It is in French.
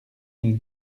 mille